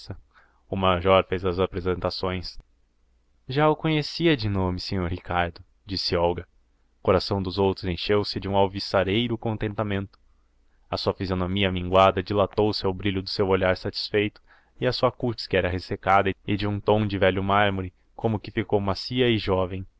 o major fez as apresentações já o conhecia de nome senhor ricardo disse olga coração dos outros encheu-se de um alvissareiro contentamento a sua fisionomia minguada dilatou-se ao brilho do seu olhar satisfeito e a sua cútis que era ressecada e de tom de velho mármore como que ficou macia e jovem